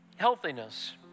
Healthiness